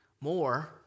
more